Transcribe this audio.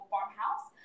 Farmhouse